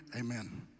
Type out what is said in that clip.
amen